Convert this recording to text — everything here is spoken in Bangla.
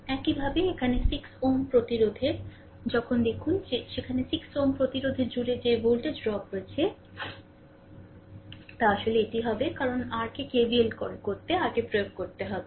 একইভাবে এখানে এই 6 Ω প্রতিরোধের 6 Ω প্রতিরোধের যখন দেখুন যে সেখানে 6 Ω প্রতিরোধের জুড়ে যে ভোল্টেজ ড্রপ রয়েছে তা আসলে এটি হবে কারণ r কে KVL কল করতে r কে প্রয়োগ করতে হবে